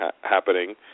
happening